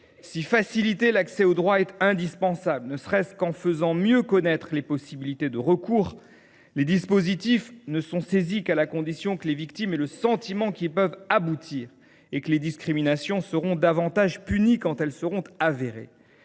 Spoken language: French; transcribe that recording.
Si faciliter l’accès au droit est indispensable – ne serait ce qu’en faisant mieux connaître les possibilités de recours –, les dispositifs ne sont saisis qu’à la condition que les victimes aient le sentiment qu’ils peuvent aboutir et que les discriminations seront davantage punies si elles sont avérées.